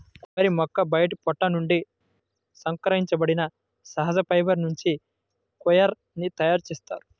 కొబ్బరి యొక్క బయటి పొట్టు నుండి సంగ్రహించబడిన సహజ ఫైబర్ నుంచి కోయిర్ ని తయారు చేస్తారు